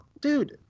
Dude